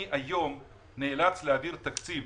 אני היום נאלץ להעביר תקציב